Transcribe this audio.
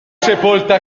sepolta